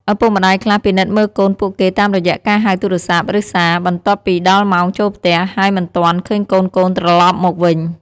ឪពុកម្តាយខ្លះពិនិត្យមើលកូនពួកគេតាមរយៈការហៅទូរស័ព្ទ ឬសារ បន្ទាប់ពីដល់ម៉ោងចូលផ្ទះ ហើយមិនទាន់ឃើញកូនៗត្រឡប់មកវិញ។